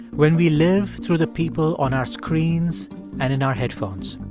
when we live through the people on our screens and in our headphones?